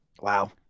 Wow